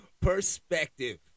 Perspective